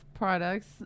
products